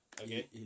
Okay